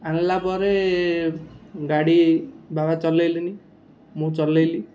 ଆଣିଲା ପରେ ଗାଡ଼ି ବାବା ଚଲାଇଲିିନି ମୁଁ ଚଲାଇଲି